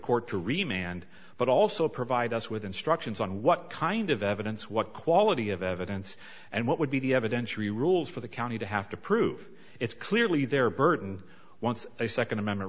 court to remain and but also provide us with instructions on what kind of evidence what quality of evidence and what would be the evidentiary rules for the county to have to prove it's clearly their burden once a second amendment